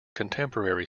contemporary